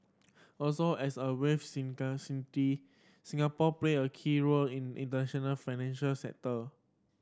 also as a wealthy city Singapore play a key role in international financial sector